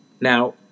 Now